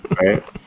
Right